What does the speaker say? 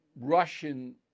Russian